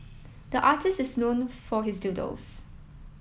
the artist is known for his doodles